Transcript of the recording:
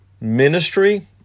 ministry